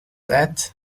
debt